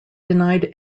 denied